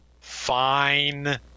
fine